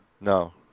No